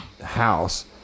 house